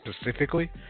specifically